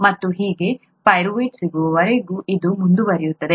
ಮತ್ತು ಹೀಗೆ ಪೈರುವೇಟ್ನೊಂದಿಗೆ ಸಿಗುವವರೆಗೆ ಇದು ಮುಂದುವರೆಯುತ್ತದೆ